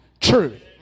truth